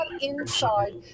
inside